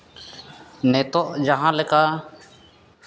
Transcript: ᱱᱤᱛᱚᱜ ᱡᱟᱦᱟᱸ ᱞᱮᱠᱟ